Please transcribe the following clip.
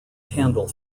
candle